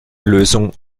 lösung